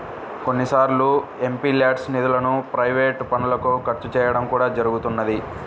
కొన్నిసార్లు ఎంపీల్యాడ్స్ నిధులను ప్రైవేట్ పనులకు ఖర్చు చేయడం కూడా జరుగుతున్నది